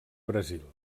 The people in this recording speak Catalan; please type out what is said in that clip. brasil